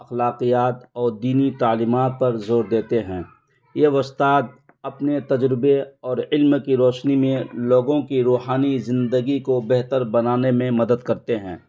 اخلاقیات اور دینی تعلیمات پر زور دیتے ہیں یہ استاد اپنے تجربے اور علم کی روشنی میں لوگوں کی روحانی زندگی کو بہتر بنانے میں مدد کرتے ہیں